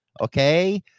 Okay